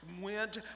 went